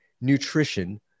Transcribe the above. nutrition